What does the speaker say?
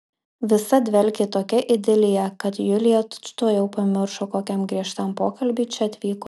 visa dvelkė tokia idilija kad julija tučtuojau pamiršo kokiam griežtam pokalbiui čia atvyko